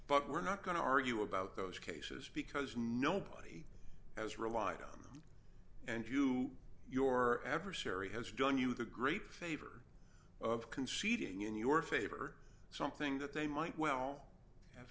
but we're not going to argue about those cases because nobody has relied on them and you your adversary has done you the great favor of conceding in your favor something that they might well